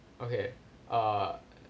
okay err